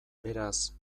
beraz